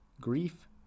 grief